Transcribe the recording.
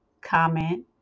comment